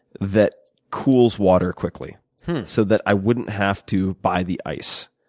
that cools water quickly so that i wouldn't have to buy the ice.